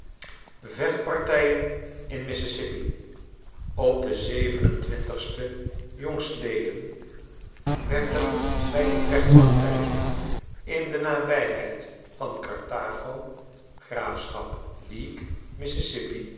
avechtfartijen in mississippi op den werd er bij een vechtpartij in de nabijheid van carthago graafschap leake